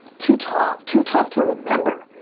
too tough to tough to remember.